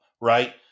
right